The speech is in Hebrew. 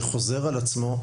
שחוזר על עצמו,